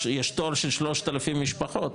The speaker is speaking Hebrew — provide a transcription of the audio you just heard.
יש תור של 3,000 משפחות,